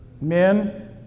Men